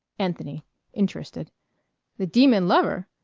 anthony interested the demon lover?